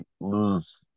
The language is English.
lose